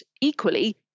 equally